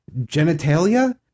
genitalia